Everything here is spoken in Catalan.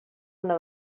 una